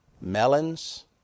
melons